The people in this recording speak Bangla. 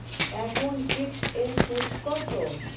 এখন ফিকসড এর সুদ কত?